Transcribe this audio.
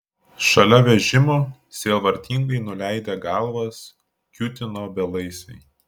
šalia vežimų sielvartingai nuleidę galvas kiūtino belaisviai